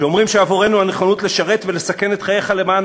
שאומרים שעבורנו הנכונות לשרת ולסכן את חייך למען